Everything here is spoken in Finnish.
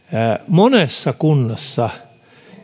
monessa kunnassa